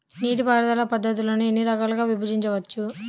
నీటిపారుదల పద్ధతులను ఎన్ని రకాలుగా విభజించవచ్చు?